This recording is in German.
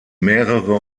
mehrere